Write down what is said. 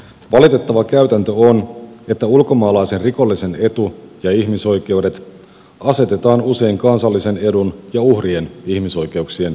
valitettava käytäntö on että ulkomaalai sen rikollisen etu ja ihmisoikeudet asetetaan usein kansallisen edun ja uhrien ihmisoikeuk sien edelle